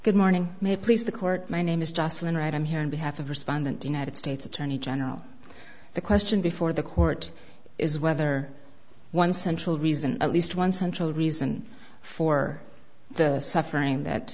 good morning may please the court my name is justin right i'm here in behalf of respondent united states attorney general the question before the court is whether one central reason at least one central reason for the suffering that